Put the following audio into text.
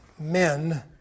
men